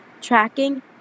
tracking